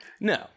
No